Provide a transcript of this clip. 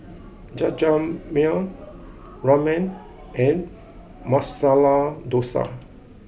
Jajangmyeon Ramen and Masala Dosa